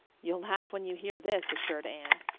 you'll laugh when you hear this, assured anne.